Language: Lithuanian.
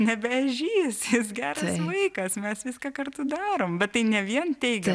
nebe ežys jis geras vaikas mes viską kartu darome bet tai ne vien teigiama